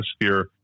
atmosphere